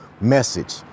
message